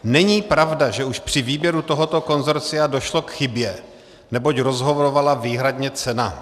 Není pravda, že už při výběru tohoto konsorcia došlo k chybě, neboť rozhodovala výhradně cena.